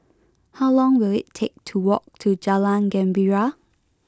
how long will it take to walk to Jalan Gembira